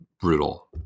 brutal